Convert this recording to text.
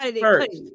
first